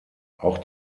auch